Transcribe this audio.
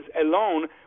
alone